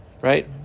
right